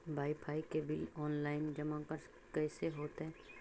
Wifi के bill online जमा कैसे होतै?